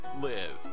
live